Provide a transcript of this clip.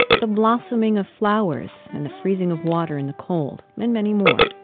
the blossoming of flowers and the freezing of water in the cold, and many more.